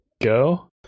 go